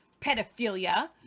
pedophilia